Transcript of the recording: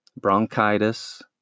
bronchitis